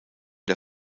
der